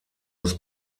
muss